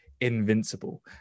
Invincible